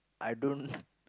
I don't